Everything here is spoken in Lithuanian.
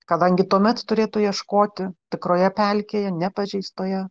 kadangi tuomet turėtų ieškoti tikroje pelkėje nepažeistoje